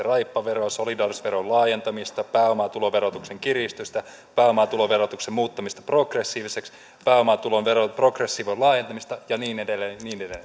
raippavero solidaarisuusveron laajentamista pääomatuloverotuksen kiristystä pääomatuloverotuksen muuttamista progressiiviseksi pääomatuloveron progression laajentamista ja niin edelleen ja niin edelleen